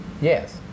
Yes